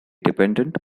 dependent